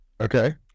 Okay